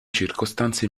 circostanze